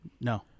No